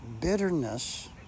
bitterness